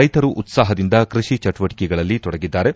ರೈತರು ಉತ್ಸಾಹದಿಂದ ಕೃಷಿ ಚಟುವಟಕೆಗಳಲ್ಲಿ ತೊಡಗಿದ್ದಾರೆ